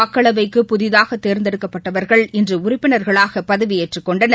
மக்களவைக்கு புதிதாக தேர்ந்தெடுக்கப்பட்டவர்கள் இன்று உறுப்பினர்களாக பதவியேற்றுக் கொண்டனர்